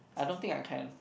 I don't think I can